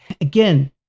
again